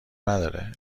نداره